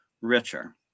richer